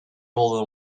old